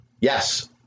Yes